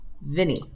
Vinny